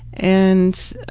and